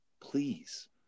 please